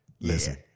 Listen